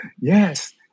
Yes